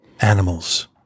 animals